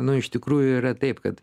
nu iš tikrųjų yra taip kad